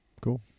cool